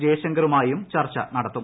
ജയ്ശങ്കറുമായും ചർച്ച നടത്തും